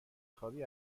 خوابی